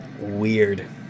Weird